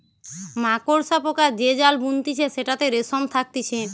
মাকড়সা পোকা যে জাল বুনতিছে সেটাতে রেশম থাকতিছে